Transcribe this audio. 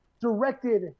directed